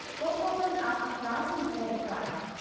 we'll call them alpha prime and beta prime.